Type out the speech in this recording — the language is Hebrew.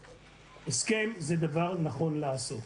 הסכם הוא דבר נכון לעשות.